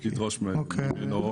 אוקיי.